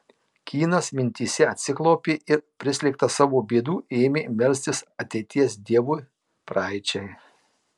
kynas mintyse atsiklaupė ir prislėgtas savo bėdų ėmė melstis ateities dievui praeičiai